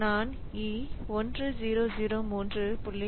நான் E 1003